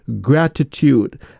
gratitude